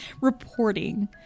reporting